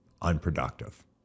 unproductive